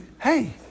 hey